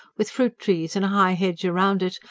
with fruit trees and a high hedge round it,